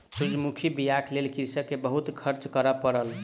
सूरजमुखी बीयाक लेल कृषक के बहुत खर्च करअ पड़ल